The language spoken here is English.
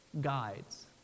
guides